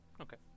Okay